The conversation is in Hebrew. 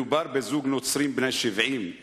מדובר בזוג נוצרים בני 70,